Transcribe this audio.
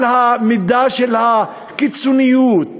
על המידה של הקיצוניות,